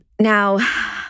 Now